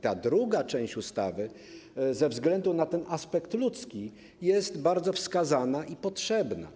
Ta druga część ustawy ze względu na aspekt ludzki jest bardzo wskazana i potrzebna.